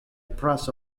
press